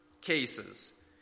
cases